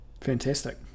fantastic